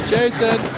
Jason